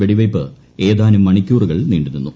വെടിവെയ്പ്പ് ഏതാനും മണിക്കൂറുകൾ നീണ്ടു നിന്നു